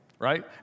Right